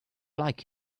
like